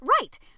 Right